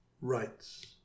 rights